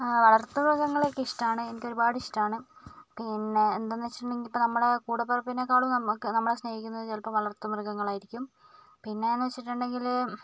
ആ വളർത്തു മൃഗങ്ങളെയൊക്കെ ഇഷ്ട്ടമാണ് എനിക്ക് ഒരുപാട് ഇഷ്ട്ടമാണ് പിന്നെ എന്താന്ന് വെച്ചിട്ടുണ്ടെങ്കിൽ നമ്മുടെ കൂടപ്പിറപ്പിനെക്കാളും നമുക്ക് നമ്മളെ സ്നേഹിക്കുന്നത് ചിലപ്പോൾ വളർത്തു മൃഗങ്ങളായിരിക്കും പിന്നെ എന്ന് വെച്ചിട്ടുണ്ടെങ്കിൽ